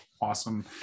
awesome